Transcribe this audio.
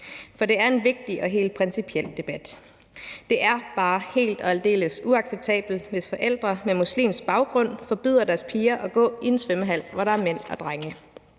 For det er en vigtig og helt principiel debat. Det er bare helt og aldeles uacceptabelt, hvis forældre med muslimsk baggrund forbyder deres piger at gå i en svømmehal, hvor der er mænd og drenge.